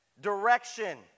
direction